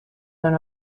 than